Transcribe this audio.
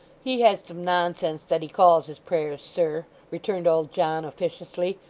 he has some nonsense that he calls his prayers, sir returned old john, officiously.